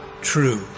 true